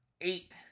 eight